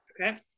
Okay